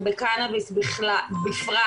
ובקנאביס בפרט,